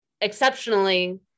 exceptionally